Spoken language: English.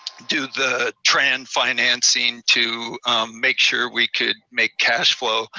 do the tran-financing to make sure we could make cash flow,